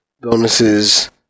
bonuses